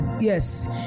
Yes